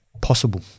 possible